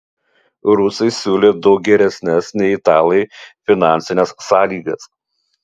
rusai siūlė daug geresnes nei italai finansines sąlygas